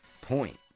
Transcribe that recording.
point